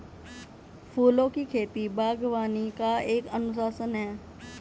फूलों की खेती, बागवानी का एक अनुशासन है